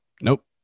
Nope